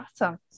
Awesome